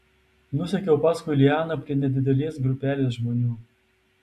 nusekiau paskui lianą prie nedidelės grupelės žmonių